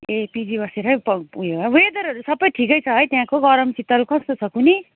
ए पिजी बसेर उयो है वेदरहरू सबै ठिकै छ है त्यहाँको गरम शितल कस्तो छ कुनी